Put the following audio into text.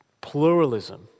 pluralism